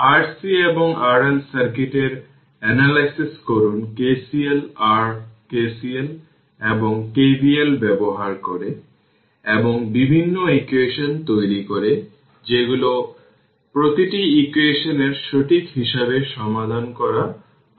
RC এবং RL সার্কিটের analysis করুন KCL r KCL এবং KVL ব্যবহার করে এবং বিভিন্ন ইকুয়েশন তৈরি করে যেগুলি প্রতিটি ইকুয়েশন এর সঠিক হিসাবে সমাধান করা আরও কঠিন